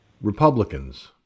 Republicans